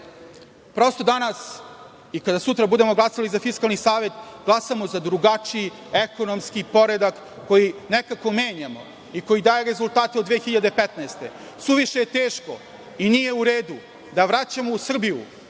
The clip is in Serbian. Prosto, danas i kada sutra budemo glasali za Fiskalni savet, glasamo za drugačiji ekonomski poredak koji nekako menjamo i koji daje rezultate od 2015. godine. Suviše je teško i nije u redu da vraćamo u Srbiju